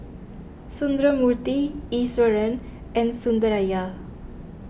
Sundramoorthy Iswaran and Sundaraiah